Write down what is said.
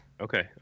okay